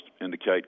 indicate